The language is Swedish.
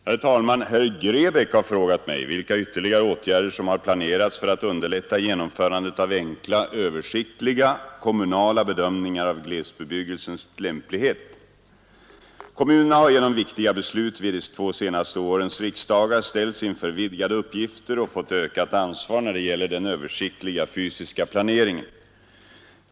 Herr talman! Herr Grebäck har frågat mig vilka ytterligare åtgärder som har planerats för att underlätta genomförandet av enkla, översiktliga kommunala bedömningar av glesbebyggelsens lämplighet. Kommunerna har genom viktiga beslut vid de två senaste årens riksdagar ställts inför vidgade uppgifter och fått ökat ansvar när det gäller den översiktliga fysiska planeringen.